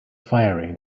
firing